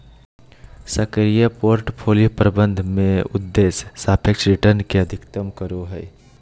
सक्रिय पोर्टफोलि प्रबंधन में उद्देश्य सापेक्ष रिटर्न के अधिकतम करो हइ